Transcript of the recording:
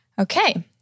Okay